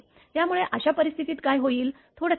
त्यामुळे अशा परिस्थितीत काय होईल थोड थांबा